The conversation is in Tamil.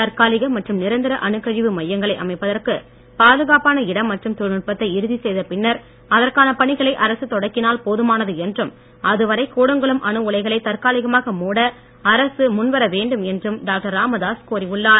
தற்காலிக மற்றும் நிரந்தர அணுக்கழிவு மையங்களை அமைப்பதற்கு பாதுகாப்பான இடம் மற்றும் தொழில்நுட்பத்தை இறுதி செய்த பின்னர் அதற்கான பணிகளை அரசு தொடக்கினால் போதுமானது என்றும் அதுவரை கூடங்குளம் அணுஉலைகளை தற்காலிகமாக மூட அரசு முன்வரவேண்டும் என்றும் டாக்டர் ராமதாஸ் கோரியுள்ளார்